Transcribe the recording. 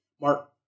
Mark